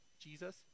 Jesus